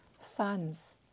sons